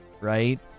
right